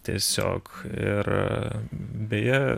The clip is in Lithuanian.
tiesiog ir beje